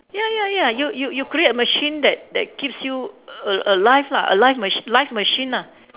ya ya ya you you you create a machine that that keeps you a~ alive lah a life mach~ life machine ah